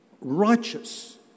righteous